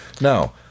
Now